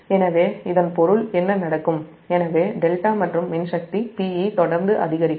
எனவே இதன் பொருள் என்ன நடக்கும் எனவே δ மற்றும் மின் சக்தி Pe தொடர்ந்து அதிகரிக்கும்